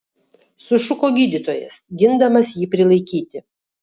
sušuko gydytojas gindamas jį prilaikyti